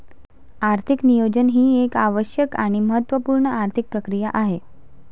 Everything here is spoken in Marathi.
आर्थिक नियोजन ही एक आवश्यक आणि महत्त्व पूर्ण आर्थिक प्रक्रिया आहे